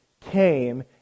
came